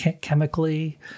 chemically